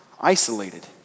isolated